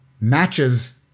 matches